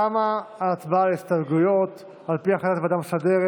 תמה ההצבעה על ההסתייגויות על פי החלטת הוועדה המסדרת.